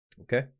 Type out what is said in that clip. Okay